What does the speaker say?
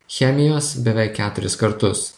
chemijos beveik keturis kartus